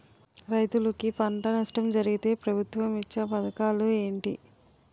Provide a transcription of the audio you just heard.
రైతులుకి పంట నష్టం జరిగితే ప్రభుత్వం ఇచ్చా పథకాలు ఏంటి?